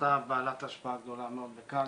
ומשפחתה בעלת השפעה גדולה מאוד בקנדה.